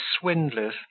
swindlers